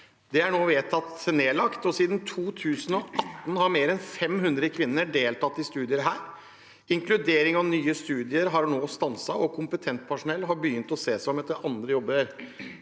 som er vedtatt nedlagt. Siden 2018 har mer enn 500 kvinner deltatt i studier. Inkludering av nye studier er nå stanset, og kompetent personell har begynt å se seg om etter andre jobber.